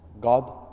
God